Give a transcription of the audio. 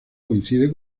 coincide